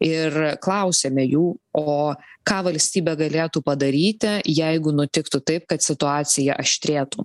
ir klausėme jų o ką valstybė galėtų padaryti jeigu nutiktų taip kad situacija aštrėtų